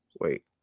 wait